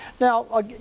Now